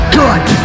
good